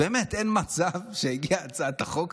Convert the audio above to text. באמת אין מצב שתגיע הצעת החוק.